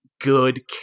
good